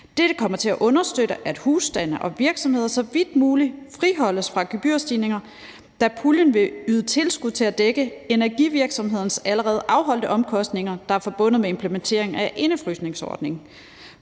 Dette kommer til at understøtte, at husstande og virksomheder så vidt muligt friholdes fra gebyrstigninger, da puljen vil yde tilskud til at dække energivirksomhedens allerede afholdte omkostninger, der er forbundet med implementering af indefrysningsordningen.